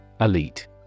Elite